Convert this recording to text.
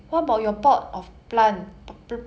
the 水~